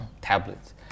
tablets